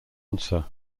answer